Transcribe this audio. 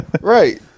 Right